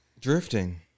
drifting